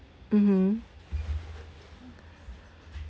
mmhmm